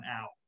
out